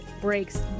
breaks